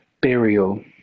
burial